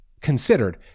considered